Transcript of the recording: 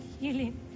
healing